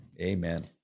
Amen